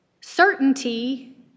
Certainty